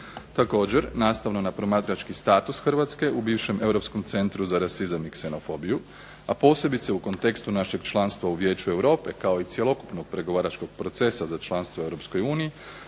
Također nastavno na promatrački status Hrvatske u bivšem Europskom centru za rasizam i ksenofobiju a posebice u kontekstu našeg članstva u Vijeću Europe kao i cjelokupnog pregovaračkog procesa za članstvo u Europskoj uniji,